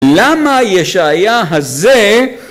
למה ישעיה הזה